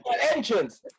entrance